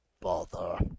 bother